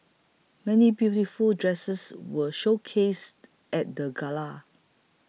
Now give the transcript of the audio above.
many beautiful dresses were showcased at the gala